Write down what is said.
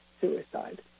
suicide